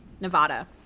Nevada